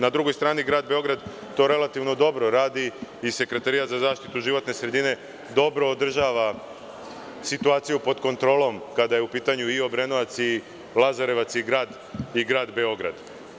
Na drugoj strani grad Beograd to relativno dobro radi i Sekretarijat za zaštitu životne sredine dobro održava situaciju pod kontrolom, kada je u pitanju i Obrenovac i Lazarevac i grad Beograd.